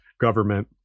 government